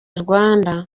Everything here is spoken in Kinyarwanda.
rwanda